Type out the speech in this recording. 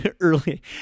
early